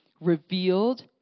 revealed